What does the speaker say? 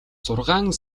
зургаан